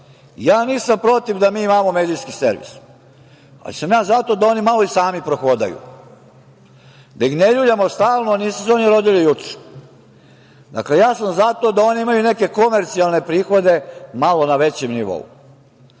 Nisam protiv da imamo Javni medijski servis, ali sam za to da oni i malo sami prohodaju, da ih ne ljuljamo stalno. Nisu se oni rodili juče. Ja sam za to da oni imaju neke komercijalne prihode malo na većem nivou,